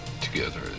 Together